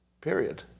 period